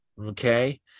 okay